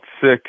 sick